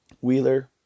Wheeler